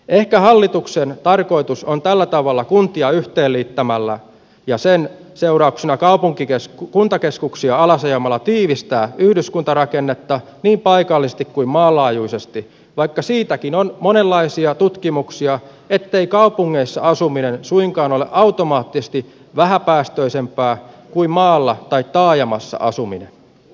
ehkä hallituksen tarkoitus on tällä tavalla kuntia yhteen liittämällä ja sen seurauksena kuntakeskuksia alas ajamalla tiivistää yhdyskuntarakennetta niin paikallisesti kuin maanlaajuisesti vaikka siitäkin on monenlaisia tutkimuksia ettei kaupungeissa asuminen suinkaan ole automaattisesti vähäpäästöisempää kuin maalla tai taajamassa asuminen